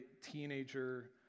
teenager